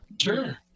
Sure